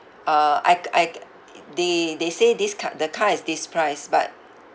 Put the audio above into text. uh I I they they say this car the car is this price but